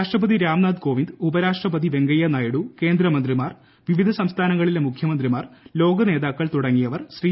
രാഷ്ട്രപതി രാം നാഥ് കോവിന്ദ് ഉപരാഷ്ട്രപതി വെങ്കയ്യ നായിഡു കേന്ദ്ര മന്ത്രിമാർ വിവിധ സംസ്ഥാനങ്ങളിലെ മുഖ്യമന്ത്രിമാർ ലോക നേതാക്കൾ തുടങ്ങിയവർ ശ്രീ